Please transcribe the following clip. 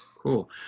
Cool